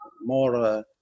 more